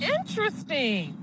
Interesting